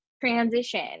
transition